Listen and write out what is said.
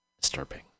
disturbing